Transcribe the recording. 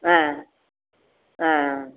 ஆ ஆ ஆ